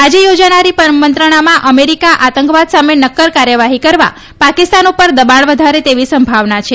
આજે યોજાનારી મંત્રણામાં અમેરિકા આતંકવાદ સામે નક્કર કાર્યવાહી કરવા પાકિસ્તાન ઉપર દબાણ વધારે તેવી સંભાવના છે